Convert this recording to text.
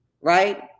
right